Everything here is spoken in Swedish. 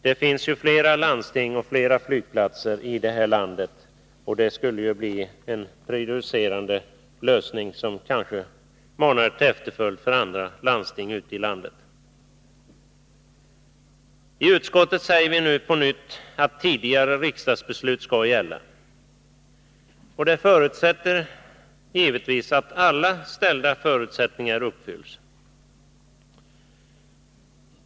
Det finns ju flera landsting och flera flygplatser, och det här skulle bli en prejudicerande lösning som kanske manar till efterföljd när det gäller andra landsting. I utskottsbetänkandet säger vi nu på nytt att tidigare riksdagsbeslut skall gälla. Det förutsätter givetvis att alla ställda förutsättningar uppfylls.